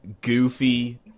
goofy